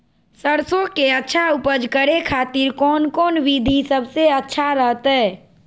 सरसों के अच्छा उपज करे खातिर कौन कौन विधि सबसे अच्छा रहतय?